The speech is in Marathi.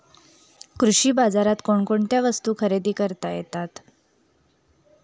कृषी बाजारात कोणकोणत्या वस्तू खरेदी करता येतात